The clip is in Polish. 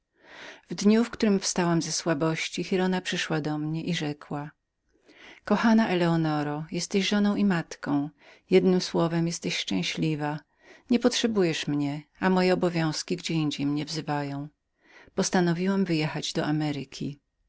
w dniu w którym powstałam ze słabości giralda przyszła do mnie i rzekła kochana eleonoro jesteś żoną i matką jednem słowem szczęśliwą moje obowiązki gdzieindziej mnie wzywają postanowiłam wyjechać do ameryki